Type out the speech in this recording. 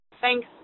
Thanks